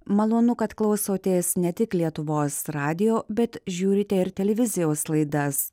malonu kad klausotės ne tik lietuvos radijo bet žiūrite ir televizijos laidas